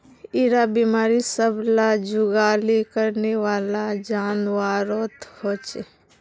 इरा बिमारी सब ला जुगाली करनेवाला जान्वारोत होचे